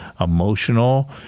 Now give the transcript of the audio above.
emotional